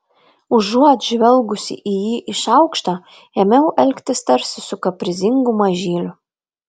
užuot žvelgusi į jį iš aukšto ėmiau elgtis tarsi su kaprizingu mažyliu